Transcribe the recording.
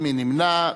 מי נמנע?